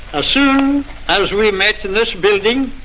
as soon as we met in this building,